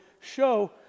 show